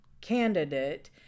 candidate